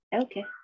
okay